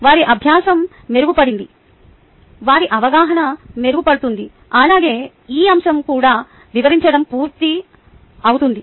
వారి అభ్యాసం మెరుగుపడింది వారి అవగాహన మెరుగుపడుతుంది అలాగే ఈ అంశం కూడా వివరించడం పూర్తి అవుతుంది